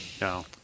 No